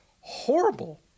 horrible